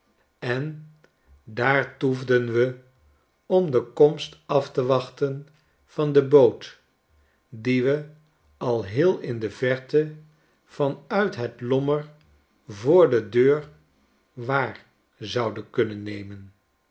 en daar toefden we om de komst af te wachten van de boot die we al heel in de verte van uit het lommer voor de deur waar zouden kunnen nemen